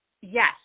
Yes